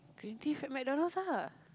green tea frappe McDonald's ah